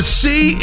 see